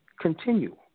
continue